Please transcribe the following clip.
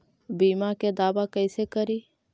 बीमा के दावा कैसे करी?